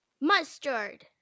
mustard